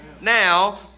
Now